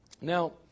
now